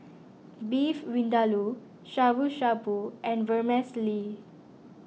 Beef Vindaloo Shabu Shabu and Vermicelli